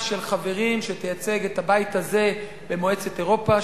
של חברים שתייצג את הבית הזה במועצת אירופה,